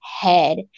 Head